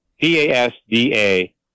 P-A-S-D-A